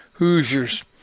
Hoosiers